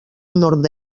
nord